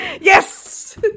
Yes